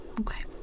Okay